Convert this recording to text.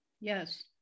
Yes